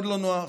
מאוד לא נוח.